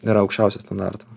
yra aukščiausio standarto